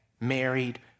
married